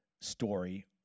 story